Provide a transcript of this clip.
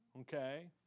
Okay